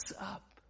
up